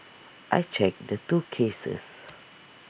I checked the two cases